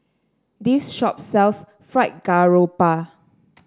this shop sells Fried Garoupa